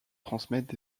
transmettre